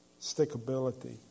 stickability